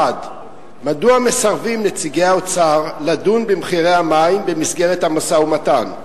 1. מדוע מסרבים נציגי האוצר לדון במחירי המים במסגרת המשא-ומתן?